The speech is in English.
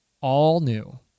all-new